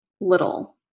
little